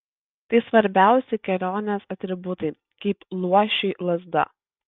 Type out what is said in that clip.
tai svarbiausi kelionės atributai kaip luošiui lazda